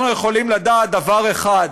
אנחנו יכולים לדעת דבר אחד,